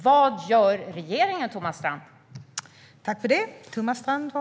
Vad gör regeringen, Thomas Strand?